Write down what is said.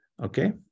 Okay